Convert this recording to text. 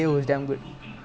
ya யாரு:yaaru